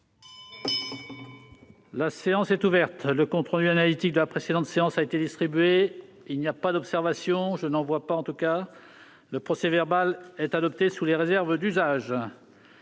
La séance est ouverte. Le compte rendu analytique de la précédente séance a été distribué. Il n'y a pas d'observation ?... Le procès-verbal est adopté sous les réserves d'usage.